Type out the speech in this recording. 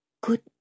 Good